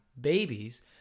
babies